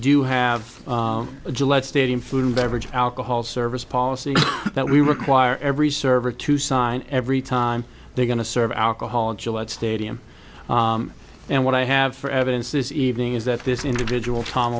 do have a gillette stadium food and beverage alcohol service policy that we require every server to sign every time they're going to serve alcohol and gillette stadium and what i have for evidence this evening is that this individual t